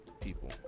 people